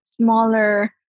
smaller